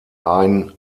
ein